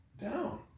Down